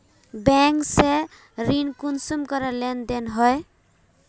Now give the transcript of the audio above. Bank से ऋण कुंसम करे लेन देन होए?